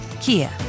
Kia